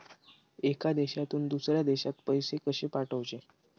एका देशातून दुसऱ्या देशात पैसे कशे पाठवचे?